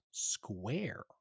square